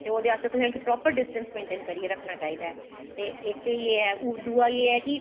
ते ओह्दे आस्तै तुसैं इक प्रापर डिसटैंस मेनटेन करियै रक्खनां चाही दी ऐ ते इक एह् ऐ ते दुआ एह् ऐ कि